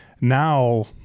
now